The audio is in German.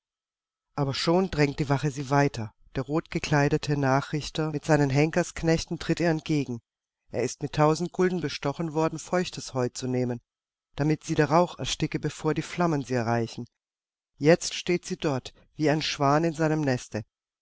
aber schon drängt die wache sie weiter der rotgekleidete nachrichter mit seinen henkersknechten tritt ihr entgegen er ist mit tausend gulden bestochen worden feuchtes heu zu nehmen damit sie der rauch ersticke bevor die flammen sie erreichen jetzt steht sie dort oben wie ein schwan in seinem neste